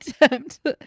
attempt